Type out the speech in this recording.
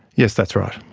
yes, that's right.